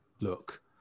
look